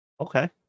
Okay